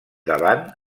davant